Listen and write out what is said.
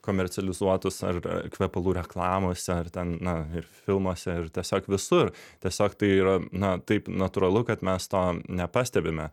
komercializuotus ar ar kvepalų reklamose ar ten na ir filmuose ir tiesiog visur tiesiog tai yra na taip natūralu kad mes to nepastebime